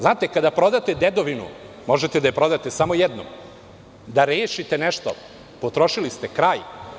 Znate, kada prodate dedovinu, možete da je prodate samo jednom, da rešite nešto, potrošili ste, kraj.